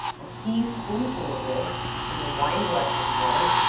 a tea-spoonful of this, in a wine glass of water,